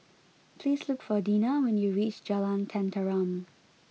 please look for Dinah when you reach Jalan Tenteram